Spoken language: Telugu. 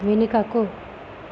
వెనుకకు